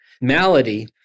malady